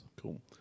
Cool